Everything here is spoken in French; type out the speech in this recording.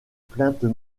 plaintes